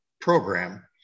program